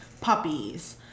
puppies